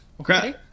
Okay